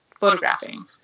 photographing